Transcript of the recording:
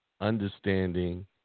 understanding